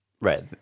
Right